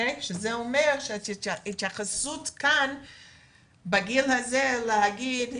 שזה אומר שההתייחסות כאן בגיל הזה להגיד,